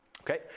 okay